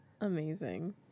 Amazing